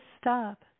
stop